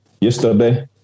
Yesterday